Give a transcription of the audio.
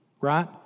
right